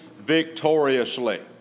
victoriously